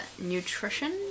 nutrition